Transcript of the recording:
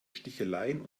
sticheleien